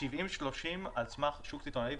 על סמך שוק סיטונאי,